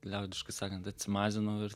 liaudiškai sakant atsimazinau ir